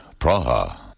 Praha